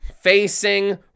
facing